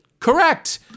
Correct